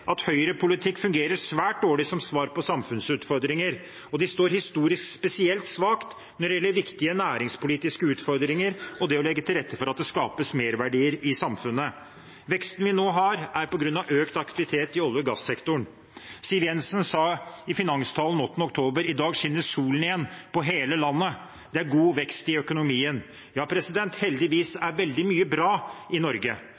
at høyrepolitikk fungerer svært dårlig som svar på samfunnsutfordringer og står spesielt svakt historisk når det gjelder viktige næringspolitiske utfordringer og det å legge til rette for at det skapes merverdier i samfunnet. Veksten vi nå har, er på grunn av økt aktivitet i olje- og gassektoren. Statsråd Siv Jensen sa i finanstalen 8. oktober: «I dag skinner solen igjen – på hele landet. Det er god vekst i økonomien.» Ja, heldigvis er veldig mye bra i Norge,